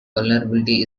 vulnerability